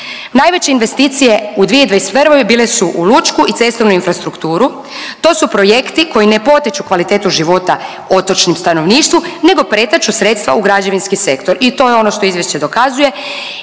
Najveće investicije u 2021. bile su u lučku i cestovnu infrastrukturu. To su projekti koji ne potiču kvalitetu života otočnom stanovništvu nego pretaču sredstva u građevinski sektor. I to je ono što izvješće dokazuje.